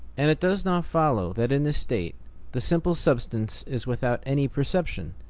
and it does not follow that in this state the simple substance is without any perception.